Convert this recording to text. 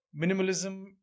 Minimalism